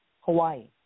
Hawaii